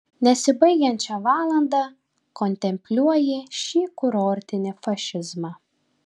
nesibaigiančią valandą kontempliuoji šį kurortinį fašizmą